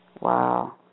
Wow